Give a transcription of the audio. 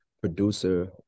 producer